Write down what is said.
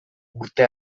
urte